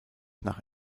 nach